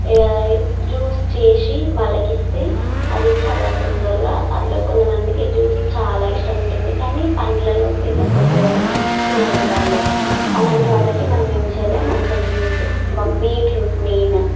juice చేసి వాళ్ళకి ఇస్తే అది చాలా తొందరగా అట్లా కొంతమందికి జ్యూస్ చాలా ఇష్టం ఉంటుంది కానీ పండ్లను తినకపోవడం తినరు వాళ్ళు అలాంటి వాళ్ళకి మనం ఏం చేయాలి మంచిగా జ్యూస్ బీట్రూట్ మెయిన్